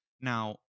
now